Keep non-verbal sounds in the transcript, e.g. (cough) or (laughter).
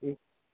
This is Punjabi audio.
(unintelligible)